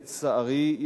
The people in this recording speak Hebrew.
לצערי,